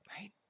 Right